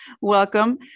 welcome